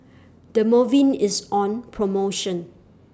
Dermaveen IS on promotion